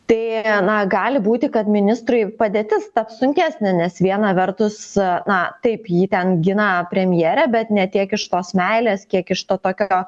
tai na gali būti kad ministrui padėtis taps sunkesnė nes viena vertus na taip jį ten gina premjerė bet ne tiek iš tos meilės kiek iš to tokio